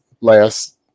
last